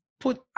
put